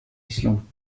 misslungen